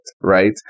right